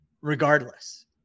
regardless